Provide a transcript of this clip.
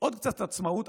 עוד קצת עצמאות.